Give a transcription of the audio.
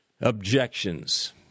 objections